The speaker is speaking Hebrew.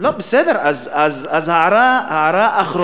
בסדר, הערה אחרונה.